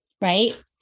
Right